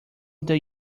that